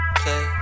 play